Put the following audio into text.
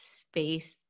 space